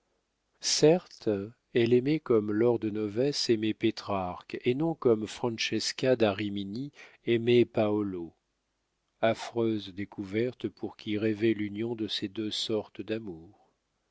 certes elle aimait comme laure de noves aimait pétrarque et non comme francesca da rimini aimait paolo affreuse découverte pour qui rêvait l'union de ces deux sortes d'amour